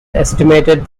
estimated